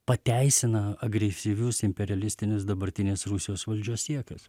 pateisina agresyvius imperialistinius dabartinės rusijos valdžios siekius